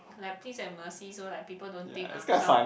like please have mercy so like people don't think I'm some